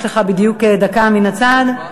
יש לך בדיוק דקה מן הצד.